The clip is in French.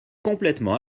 complètement